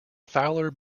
fowler